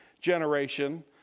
generation